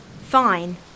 Fine